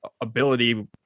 ability